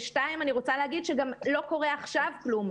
שניים, אני רוצה להגיד שגם לא קורה עכשיו כלום.